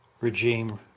regime